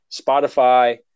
Spotify